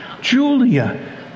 Julia